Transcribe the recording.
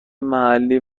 محلی